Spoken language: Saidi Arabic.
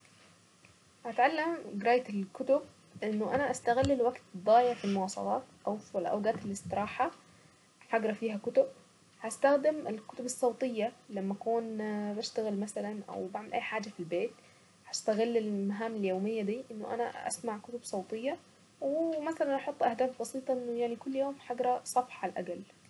اتعلم قراية الكتب انه انا استغل الوقت الضايع في المواصلات او في اوقات الاستراحة. هقرأ فيها كتب هستخدم الكتب الصوتية لما اكون بشتغل مثلا او بعمل اي حاجة في البيت. هستغل المهام اليومية دي انه انا اسمع كتب صوتية، ومثلا احط اهداف بسيطة انه يعني كل يوم هقرأ صفحة عالاقل.